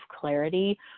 clarity